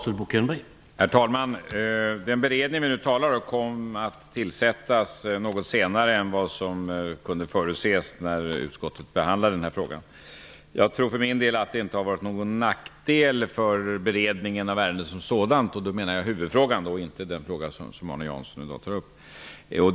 Herr talman! Den beredning vi nu talar om kom att tillsättas något senare än vad som kunde förutses när utskottet behandlade den här frågan. Jag tror för min del att det inte har varit någon nackdel för beredningen av ärendet som sådant. Då menar jag huvudfrågan och inte den fråga som Arne Jansson tar upp i dag.